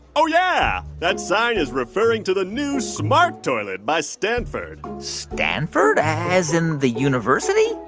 oh, yeah. that sign is referring to the new smart toilet by stanford stanford, as in the university?